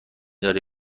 اداره